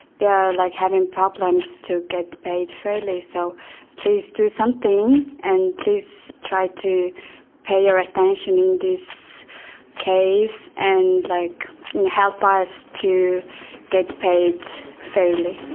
they are like having problems to get paid fairly. so please do something. and please try to pay your attention in this case, and like help ah us to get paid fairly.